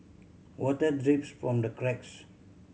water drips from the cracks